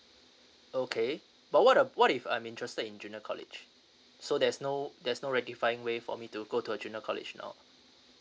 okay but what um what if I'm interested in junior college so there's no there's no rectifying way for me to go to a junior college now